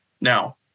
Now